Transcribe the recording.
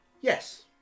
Yes